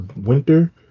winter